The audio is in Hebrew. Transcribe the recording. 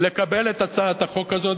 לקבל את הצעת החוק הזאת,